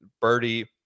Birdie